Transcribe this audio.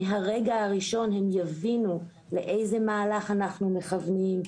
מהרגע הראשון הם יבינו לאיזה מהלך אנחנו מכוונים.